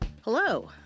Hello